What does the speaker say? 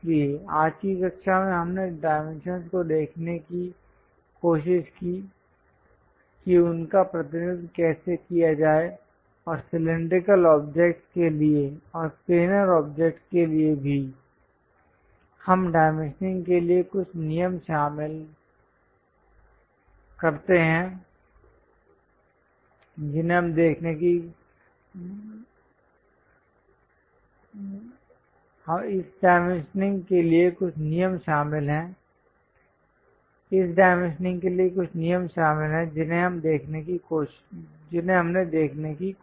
इसलिए आज की कक्षा में हमने डाइमेंशंस को देखने की कोशिश की कि उनका प्रतिनिधित्व कैसे किया जाए और सिलैंडरिकल ऑब्जेक्ट्स के लिए और प्लेनर ऑब्जेक्ट के लिए भी इस डाइमेंशनिंग के लिए कुछ नियम शामिल हैं जिन्हें हमने देखने की कोशिश की